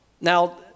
Now